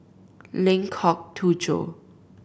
Lengkok Tujoh